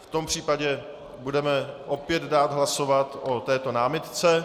V tom případě budeme opět dát hlasovat o této námitce.